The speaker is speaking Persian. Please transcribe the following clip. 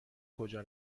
کجا